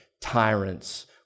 tyrants